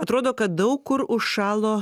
atrodo kad daug kur užšalo